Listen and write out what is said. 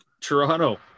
Toronto